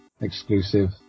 Exclusive